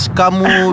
kamu